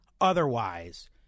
otherwise